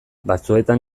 batzuetan